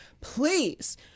Please